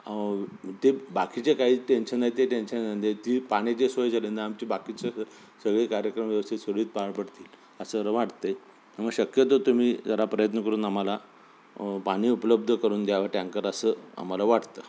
ते बाकीचे काही टेन्शन नाही ते टेन्शन जे जी पाण्याची सोय झाली न आमचे बाकीचे सगळे कार्यक्रम व्यवस्थित सुरळीत पार पडतील असं वाटतेय मग शक्यतो तुम्ही जरा प्रयत्न करून आम्हाला पाणी उपलब्ध करून द्यावं टँकर असं आम्हाला वाटतं आहे